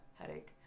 headache